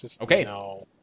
Okay